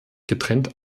getrennt